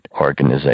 organization